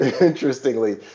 interestingly